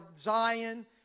Zion